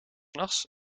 nachts